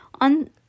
on